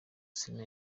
sina